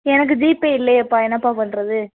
எனக்கு ஜிபே இல்லையேப்பா என்னப்பா பண்ணுறது